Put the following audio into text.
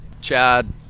Chad